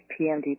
PMD+